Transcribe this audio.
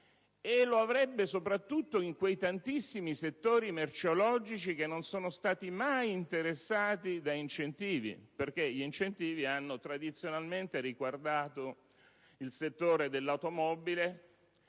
incentivato, soprattutto in quei tanti settori merceologici che non sono stati mai interessati da incentivi. Questi hanno tradizionalmente riguardato il settore dell'automobile,